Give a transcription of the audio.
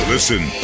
Listen